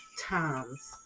times